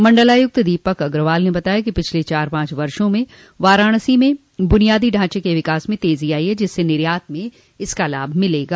मंडलायुक्त दीपक अग्रवाल ने बताया कि पिछले चार पांच वर्षो में वाराणसी में बुनियादी ढांचे के विकास में तेजी आई है जिससे निर्यात में इसका लाभ मिलेगा